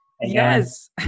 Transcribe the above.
Yes